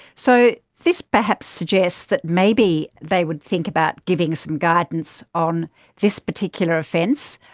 so this perhaps suggests that maybe they would think about giving some guidance on this particular offence,